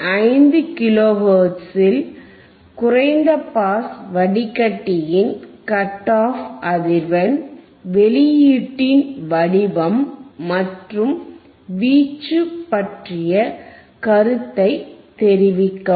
5 kilo ஹெர்ட்ஸில் குறைந்த pass வடிகட்டியின் கட் ஆப் அதிர்வெண் வெளியீட்டின் வடிவம் மற்றும் வீச்சு பற்றிய கருத்தை தெரிவிக்கவும்